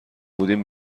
بودیم